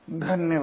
धन्यवाद